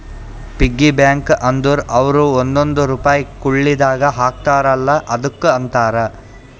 piggy bank ಅಂದುರ್ ಅವ್ರು ಒಂದೊಂದ್ ರುಪೈ ಕುಳ್ಳಿದಾಗ ಹಾಕ್ತಾರ ಅಲ್ಲಾ ಅದುಕ್ಕ ಅಂತಾರ